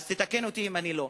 תתקן אותי אם אני טועה.